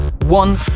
one